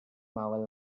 marvel